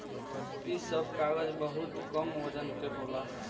इ सब कागज बहुत कम वजन के होला